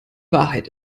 wahrheit